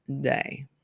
day